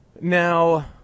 Now